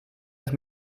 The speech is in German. ist